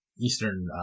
Eastern